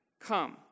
Come